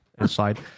inside